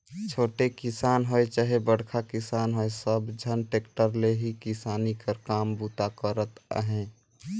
छोटे किसान होए चहे बड़खा किसान होए सब झन टेक्टर ले ही किसानी कर काम बूता करत अहे